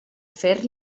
fer